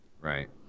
Right